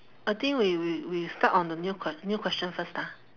I think we we we start on the new que~ new question first ah